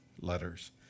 letters